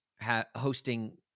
hosting